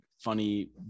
funny